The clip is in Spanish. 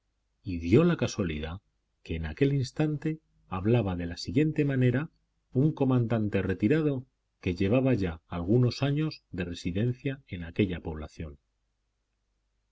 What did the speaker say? y dio la casualidad que en aquel instante hablaba de la siguiente manera un comandante retirado que llevaba ya algunos años de residencia en aquella población